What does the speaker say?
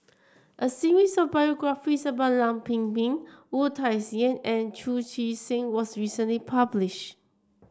a series of biographies about Lam Pin Min Wu Tsai Yen and Chu Chee Seng was recently published